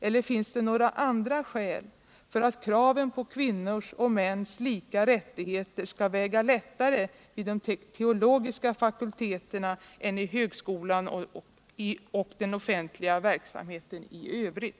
eller finns det några andra skäl för att kraven på kvinnors och mäns lika rättigheter skall väga lättare vid de teologiska fakulteterna än i högskolan och i den offentliga verksamheten i övrigt?